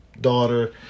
daughter